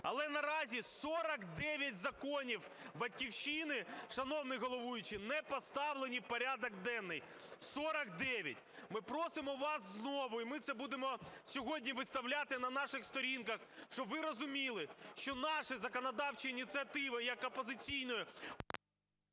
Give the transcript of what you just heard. Але наразі 49 законів "Батьківщини", шановний головуючий, не поставлені в порядок денний, 49. Ми просимо вас знову, і ми це будемо сьогодні виставляти на наших сторінках, щоб ви розуміли, що наші законодавчі ініціативи як опозиційної…